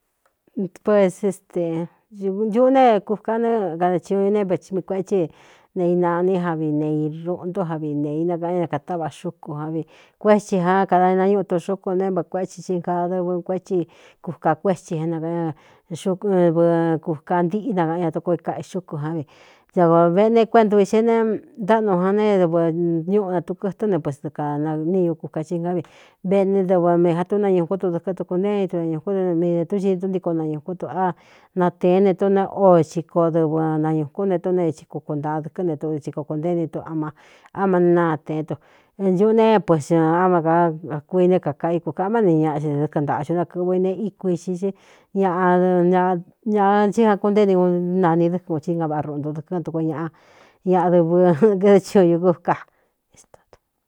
Pues tnchuꞌú neé kuka n kada chiuu ne ve mi kuétsi ne ina ní ja vi nei ruꞌuntó jan vi nēi nakaꞌan é ékātáꞌvā xúkū ján vi kuétsi jan kada ninañúꞌu itun xúku ne é ma kuétsi i ga dɨvɨ kuétsi kuka kuétsi é nvɨ kuka ntíꞌí nakaꞌan ña tuko ikaꞌi xúku ján vi da ko veꞌne kueꞌntu vi xé ne ntáꞌnu jan naédɨvɨ ñúꞌu natukɨtɨn ne pesdɨ kānaní ñukuka ci gán vi veꞌne dɨvɨ mēja túnañukún tu dɨkɨn tuku ntéeni tu añūkún d mii detúncii túntiko nañūkún tu á natēén ne tú ne ó chikoo dɨvɨ nañūkún nte túnai xi kukuntaa dɨkɨ́ne tu di tsi koo kōnténi tu áma ne natēén tu ntuꞌú ne é pues á ma ka kakuiné kākaꞌ íkukaꞌmá ne ñaꞌa i ne dɨ́kɨn ntāꞌxiu nakɨ̄ꞌvɨ ine íkuixi í ñaꞌñāꞌ ntsí jan kunténi unaini dɨ́kun ō tsí ina váꞌa ruꞌntu dɨkɨn tuku ñꞌa ñaꞌdɨvɨ éd chiuu ñūkɨka i stau.